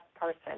person